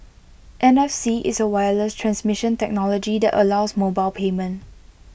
N F C is A wireless transmission technology that allows mobile payment